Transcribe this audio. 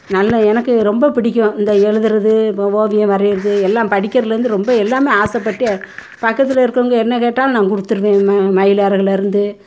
நல்லா எனக்கு ரொம்ப பிடிக்கும் இந்த எழுதுறது ஓவியம் வரைகிறது எல்லாம் படிக்கிறதுலேருந்து ரொம்ப எல்லாமே ஆசைப்பட்டு பக்கத்தில் இருக்கிறவங்க என்ன கேட்டாலும் நான் கொடுத்துருவேன் மயில் இறகுலருந்து